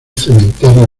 cementerio